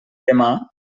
demà